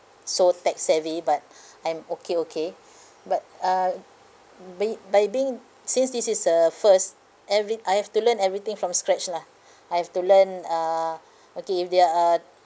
so tech savvy but I'm okay okay but uh be by being since this is the first every I have to learn everything from scratch lah I have to learn uh okay if there are uh